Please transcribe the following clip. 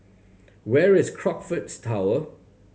where is Crockfords Tower